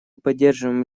поддерживаем